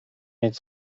mieć